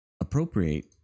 appropriate